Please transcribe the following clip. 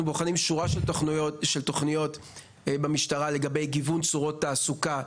אנחנו בוחנים שורה של תוכניות במשטרה לגבי גיוון צורות תעסוקה,